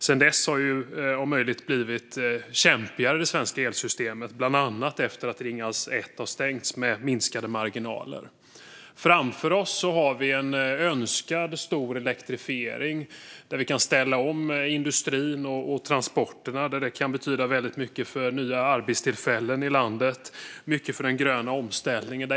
Sedan dess har det om möjligt blivit kämpigare med det svenska elsystemet, bland annat efter att Ringhals 1 har stängts, med minskade marginaler. Framför oss har vi en önskad stor elektrifiering, där vi kan ställa om industrin och transporterna. Det kan betyda väldigt mycket för nya arbetstillfällen i landet och mycket för den gröna omställningen.